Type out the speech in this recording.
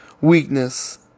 weakness